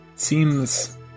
seems